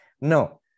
No